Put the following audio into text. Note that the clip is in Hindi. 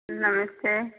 नमस्ते